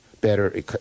Better